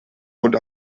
und